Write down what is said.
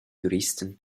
juristen